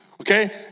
Okay